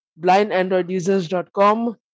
blindandroidusers.com